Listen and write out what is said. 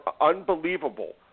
unbelievable